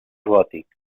gòtic